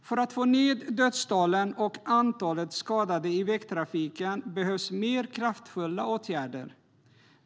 För att få ned dödstalen och antalet skadade i vägtrafiken behövs mer kraftfulla åtgärder.